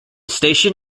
station